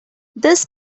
this